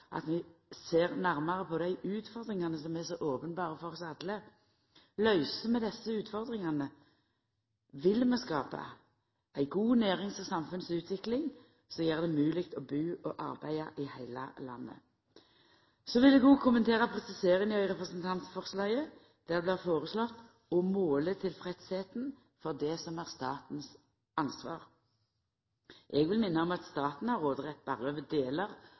at vi ser nærare på dei utfordringane som er så openberre for oss alle. Løyser vi desse utfordringane, vil vi skapa ei god nærings- og samfunnsutvikling som gjer det mogleg å bu og arbeida i heile landet. Så vil eg òg kommentera presiseringa i representantforslaget, der det blir føreslege « å måle tilfredsheten for det som er statens ansvar». Eg vil minna om at staten har råderett berre over delar